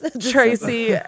Tracy